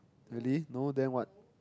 really no then what